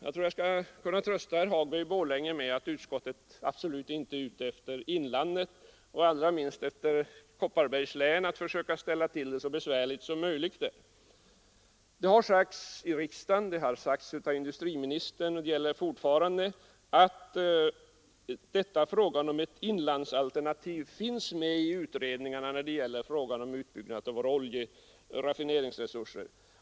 Jag tror att vi kan trösta herr Hagberg i Borlänge med att utskottet absolut inte är ute efter inlandet och allra minst efter att försöka göra det så besvärligt som möjligt i Kopparbergs län. Det har sagts i riksdagen av industriministern — och det gäller fortfarande — att ett inlandsalternativ finns med i utredningarna när det gäller frågan om utbyggnaden av våra oljeraffine ringsresurser.